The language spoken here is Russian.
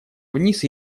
вниз